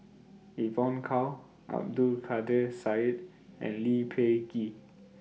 Evon Kow Abdul Kadir Syed and Lee Peh Gee